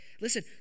Listen